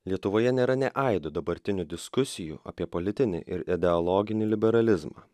lietuvoje nėra nė aido dabartinių diskusijų apie politinį ir ideologinį liberalizmą